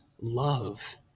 love